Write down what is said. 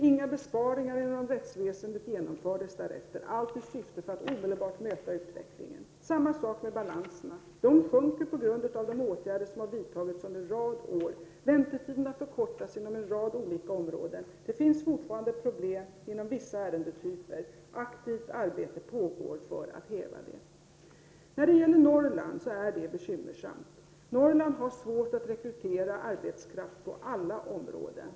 Inga besparingar inom rättsväsendet genomfördes efter detta. Allt detta gjordes i syfte att omedelbart möta utvecklingen. Det är samma förhållande när det gäller ärendebalanserna. De sjunker på grund av de åtgärder som har vidtagits under en rad år. Väntetiderna har förkortats inom flera olika områden. Det finns fortfarande problem när det gäller vissa ärendetyper, men ett aktivt arbete pågår för att undanröja dessa. När det gäller Norrland är läget bekymmersamt. Man har i Norrland svårt att rekrytera arbetskraft inom alla områden.